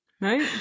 Right